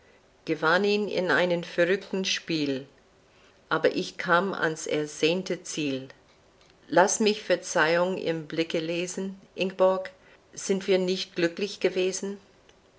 gewann ihn in einem verruchten spiel aber ich kam ans ersehnte ziel laß mich verzeihung im blicke lesen ingeborg sind wir nicht glücklich gewesen